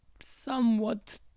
somewhat